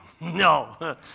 No